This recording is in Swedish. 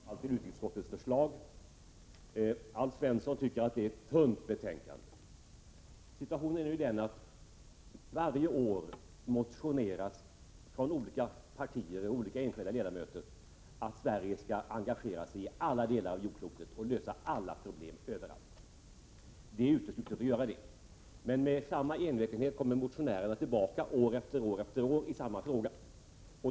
Herr talman! Jag ber att få yrka bifall till utrikesutskottets förslag. Alf Svensson tycker att det är ett tunt betänkande. Situationen är ju den att varje år motionerar olika partier och olika enskilda ledamöter om att Sverige skall engagera sig när det gäller alla delar av jordklotet och lösa alla problem överallt. Det är uteslutet att göra detta. Men med envetenhet kommer motionärerna tillbaka år efter år efter år i samma fråga.